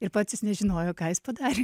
ir pats jis nežinojo ką jis padarė